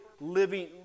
living